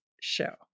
show